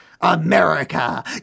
America